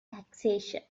taxation